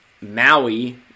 Maui